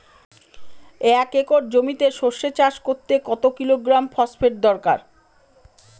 এক একর জমিতে সরষে চাষ করতে কত কিলোগ্রাম ফসফেট দরকার?